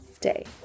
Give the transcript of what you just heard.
day